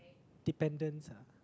dependence ah